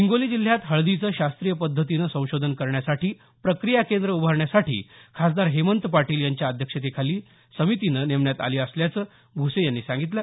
हिंगोली जिल्ह्यात हळदीचं शास्त्रीय पध्दतीनं संशोधन करण्यासाठी प्रक्रिया केंद्र उभारण्यासाठी खासदार हेमंत पाटील यांच्या अध्यक्षतेखाली समिती नेमण्यात आली असल्याचं भूसे यांनी सांगितल